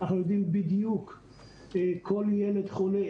אנחנו יודעים בדיוק כל ילד חולה,